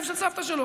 כסף של סבתא שלו.